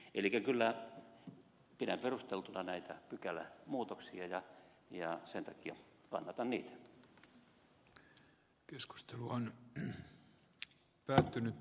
elikkä kyllä pidän perusteltuina näitä pykälämuutoksia ja sen takia kannatan niitä